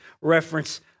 reference